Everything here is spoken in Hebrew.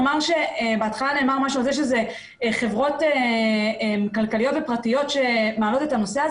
נאמר גם על זה שאלה חברות כלכליות פרטיות שמעלות את הנושא.